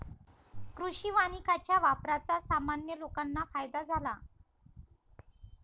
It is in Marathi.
कृषी वानिकाच्या वापराचा सामान्य लोकांना फायदा झाला